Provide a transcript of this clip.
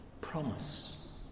Promise